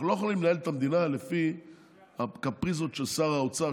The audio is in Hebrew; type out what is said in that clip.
אנחנו לא יכולים לנהל את המדינה לפי הקפריזות של שר האוצר,